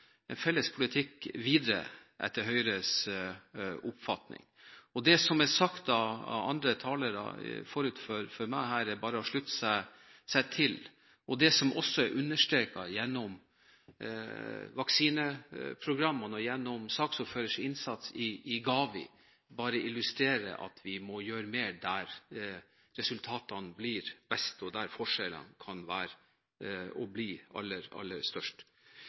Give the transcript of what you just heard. en felles politikk videre, etter Høyres oppfatning. Det som er sagt her av andre talere forut for meg, er det bare å slutte seg til. Det som er understreket gjennom vaksineprogrammene og gjennom saksordførerens innsats i GAVI, bare illustrerer at vi må gjøre mer der resultatene blir best, og der forskjellene kan bli aller størst.